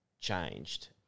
changed